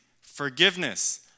forgiveness